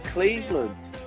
Cleveland